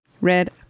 red